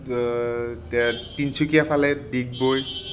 তে তিনিচুকীয়া ফালে ডিগবৈ